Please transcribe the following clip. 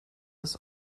das